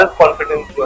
confidence